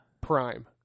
Prime